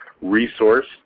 resource